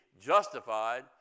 justified